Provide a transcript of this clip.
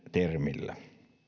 termillä haasteellinen